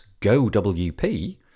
GoWP